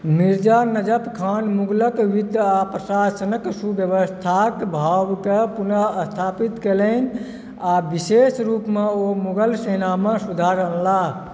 मिर्जा नजफ खान मुगलक वित्त आ प्रशासनक सुव्यवस्थाक भावकेँ पुनः स्थापित कयलनि आ विशेष रूपमे ओ मुगल सेनामे सुधार अनलाह